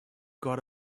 got